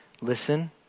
listen